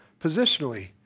positionally